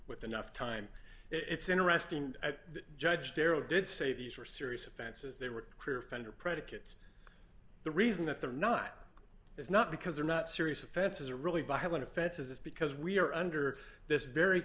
with enough time it's interesting that judge darrow did say these are serious offenses they were career fender predicates the reason that they're not is not because they're not serious offenses are really violent offenses it's because we are under this very